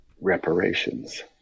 reparations